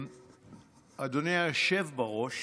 אדוני היושב בראש,